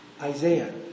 Isaiah